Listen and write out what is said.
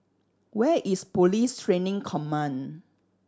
where is Police Training Command